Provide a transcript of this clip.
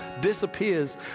disappears